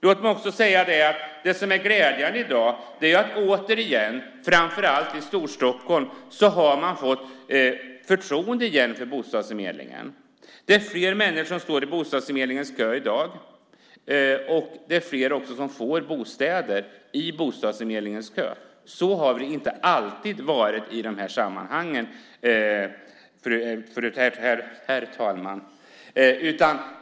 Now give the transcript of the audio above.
Låt mig också säga att det som är glädjande i dag är att man återigen, framför allt i Storstockholm, har fått förtroende för bostadsförmedlingen. Det är fler människor som står i bostadsförmedlingens kö i dag, och det är också fler som får bostäder i bostadsförmedlingens kö. Så har det inte alltid varit i de här sammanhangen, herr talman.